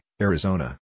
Arizona